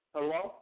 Hello